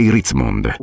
Ritzmond